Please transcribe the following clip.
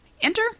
Enter